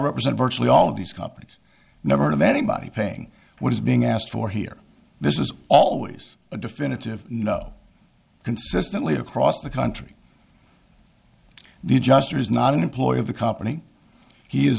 represent virtually all of these companies never heard of anybody paying what is being asked for here this is always a definitive no consistently across the country the adjuster is not an employee of the company he